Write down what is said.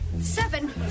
seven